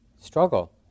struggle